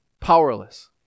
powerless